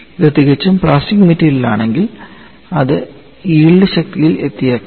ഇത് തികച്ചും പ്ലാസ്റ്റിക് മെറ്റീരിയലാണെങ്കിൽ അത് യിൽഡ് ശക്തിയിൽ എത്തിയേക്കാം